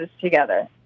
together